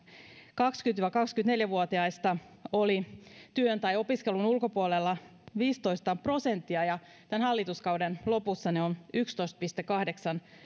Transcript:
kaksikymmentä viiva kaksikymmentäneljä vuotiaista oli vuonna kaksituhattaviisitoista työn tai opiskelun ulkopuolella viisitoista prosenttia ja tämän hallituskauden lopussa luku on yksitoista pilkku kahdeksan